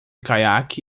caiaque